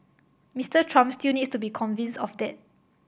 Mister Trump still needs to be convinced of that